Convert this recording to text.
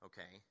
Okay